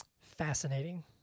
Fascinating